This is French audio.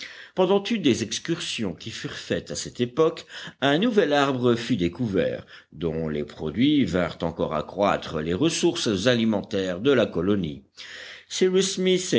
pendant une des excursions qui furent faites à cette époque un nouvel arbre fut découvert dont les produits vinrent encore accroître les ressources alimentaires de la colonie